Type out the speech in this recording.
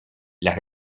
las